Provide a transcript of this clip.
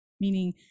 meaning